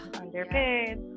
underpaid